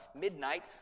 Midnight